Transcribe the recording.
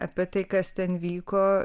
apie tai kas ten vyko